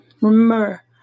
Remember